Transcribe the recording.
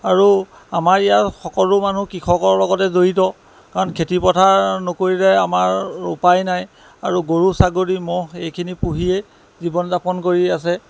আৰু আমাৰ ইয়াত সকলো মানুহ কৃষকৰ লগতে জড়িত কাৰণ খেতিপথাৰ নকৰিলে আমাৰ উপায় নাই আৰু গৰু ছাগলী ম'হ এইখিনি পোহিয়ে জীৱন যাপন কৰি আছে